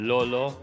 Lolo